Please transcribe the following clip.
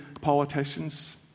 politicians